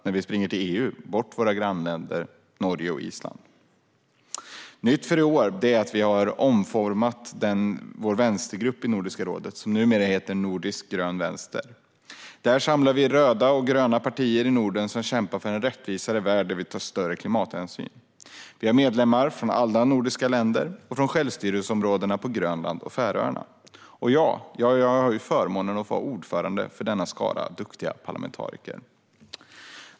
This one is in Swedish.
När vi springer till EU glömmer vi också bort våra grannländer Norge och Island. Nytt för i år är att vi har omformat vår vänstergrupp i Nordiska rådet, som numera heter Nordisk grön vänster. Där samlar vi röda och gröna partier i Norden som kämpar för en rättvisare värld där vi tar större klimathänsyn. Vi har medlemmar från alla nordiska länder och från självstyrelseområdena på Grönland och Färöarna. Och jag har förmånen att vara ordförande för denna skara duktiga parlamentariker.